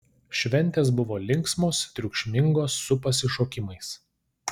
šventės buvo linksmos triukšmingos su pasišokimais